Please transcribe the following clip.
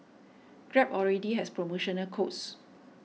grab already has promotional codes